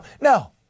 No